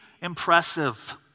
impressive